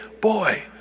Boy